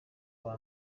uwa